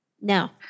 Now